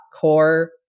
core